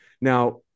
Now